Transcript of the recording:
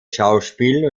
schauspiel